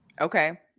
Okay